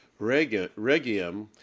Regium